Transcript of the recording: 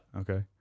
okay